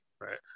right